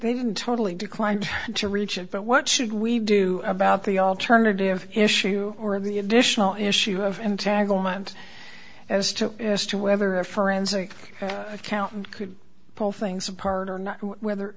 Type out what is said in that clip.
they didn't totally declined to reach it but what should we do about the alternative issue or the additional issue of entanglement as took as to whether a forensic accountant could pull things apart or not whether